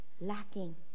lacking